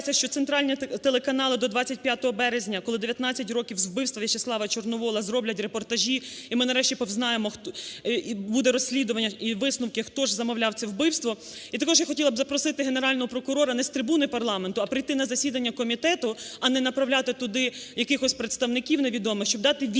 я сподіваюсь, що центральні телеканали до 25 березня, коли 19 років з вбивства В'ячеслава Чорновола, зроблять репортажі і ми нарештіповзнаємо, і буде розслідування і висновки, хто ж замовляв це вбивство. І також я хотіла б запросити Генерального прокурора не з трибуни парламенту, а прийти на засідання комітету, а не направляти туди якихось представників невідомих, щоб дати відповіді,